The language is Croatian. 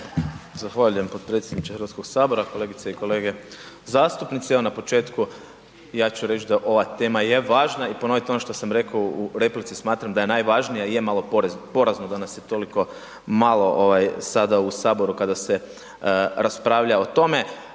Zahvaljujem podpredsjedniče Hrvatskog sabora, kolegice i kolege zastupnici. Evo na početku ja ću reći da ova tema je važna i ponovit ono što sam rekao u replici, smatram da je najvažnija, je malo porazno da nas je toliko malo sada u Saboru kada se raspravlja o tome,